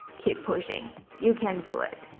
keep pushing you can do it